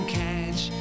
catch